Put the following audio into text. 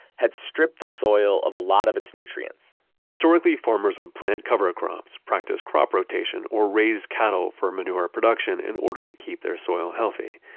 had stripped the soil of a lot of its nutrients historically, farmers would plant cover crops, practice crop rotation, or raise cattle for manure production in order to keep their soil healthy.